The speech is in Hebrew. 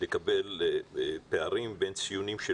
לקבל פערים בין ציונים של